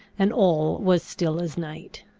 and all was still as night.